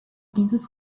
dieses